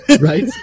Right